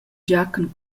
giachen